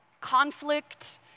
conflict